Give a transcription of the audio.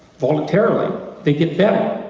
voluntarily, they get better.